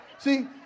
See